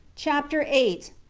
chapter eight.